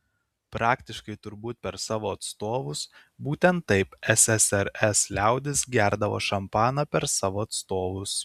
praktiškai turbūt per savo atstovus būtent taip ssrs liaudis gerdavo šampaną per savo atstovus